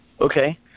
Okay